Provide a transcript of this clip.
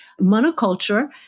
monoculture